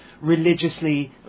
religiously